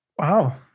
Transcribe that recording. Wow